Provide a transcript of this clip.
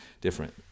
different